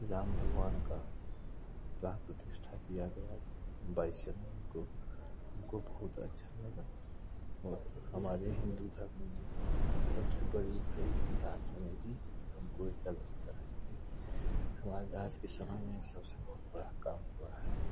श्री राम भगवान का प्राण प्रतिष्ठा किया गया बाईस जनवरी को हमको बहुत अच्छा लगा और हमारे ही दूसरा पूंजी सबसे बड़ी भाई इतिहास बनेगी हमको ऐसा लगता है कि हमारे आज के समय में सबसे बहुत बड़ा काम हुआ है